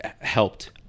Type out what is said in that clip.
helped